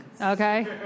okay